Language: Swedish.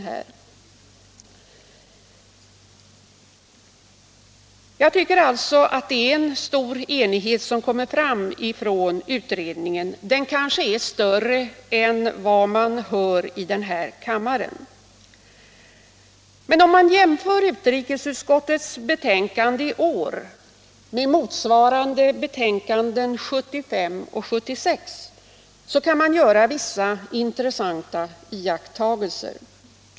Såvitt jag kan finna råder det alltså mycket stor enighet i utredningen om principerna för ländervalet, kanske större än enigheten här i kammaren. Om man jämför utrikesutskottets betänkande i år med motsvarande betänkanden 1975 och 1976 kan man göra vissa intressanta iakttagelser.